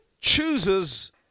chooses